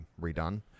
redone